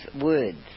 words